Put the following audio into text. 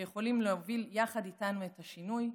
שיכולים להוביל יחד איתנו את השינוי.